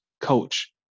coach